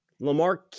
Lamar